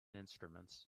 instruments